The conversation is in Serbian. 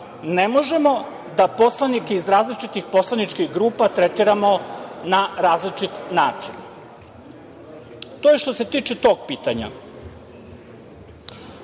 Ne možemo da poslanike iz različitih poslaničkih grupa tretiramo na različit način. To je što se tiče tog pitanja. Još